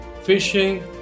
fishing